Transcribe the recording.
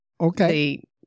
Okay